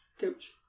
Coach